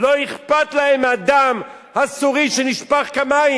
לא אכפת להם מהדם הסורי שנשפך כמים,